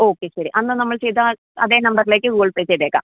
okay ശരി അന്ന് നമ്മൾ ചെയ്ത അതേ നമ്പറിലേക്ക് ഗൂഗിൾ പേ ചെയ്തേക്കാം